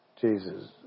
Jesus